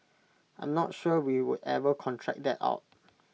I am not sure we would ever contract that out